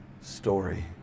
story